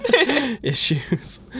issues